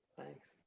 Thanks